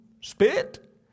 spit